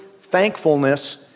Thankfulness